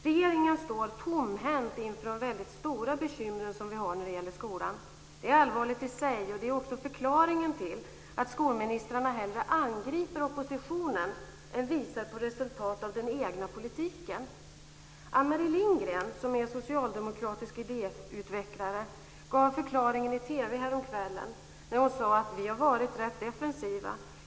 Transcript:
Regeringen står tomhänt inför de väldigt stora bekymmer som vi har när det gäller skolan. Det är allvarligt i sig, och det är också förklaringen till att skolministrarna hellre angriper oppositionen än visar på resultat av den egna politiken. Anne-Marie Lindgren, socialdemokratisk idéutvecklare, gav förklaringen i TV häromkvällen när hon sade: "Vi har varit rätt defensiva.